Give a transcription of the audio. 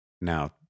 Now